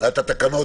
התקנות?